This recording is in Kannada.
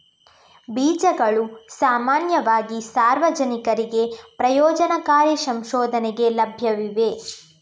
ಬೀಜಗಳು ಸಾಮಾನ್ಯವಾಗಿ ಸಾರ್ವಜನಿಕರಿಗೆ ಪ್ರಯೋಜನಕಾರಿ ಸಂಶೋಧನೆಗೆ ಲಭ್ಯವಿವೆ